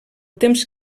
temps